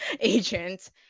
agent